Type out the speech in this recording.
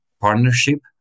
partnership